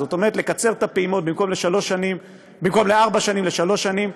זאת אומרת לקצר את הפעימות במקום לארבע שנים לשלוש שנים,